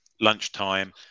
Lunchtime